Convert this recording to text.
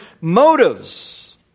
motives